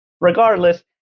Regardless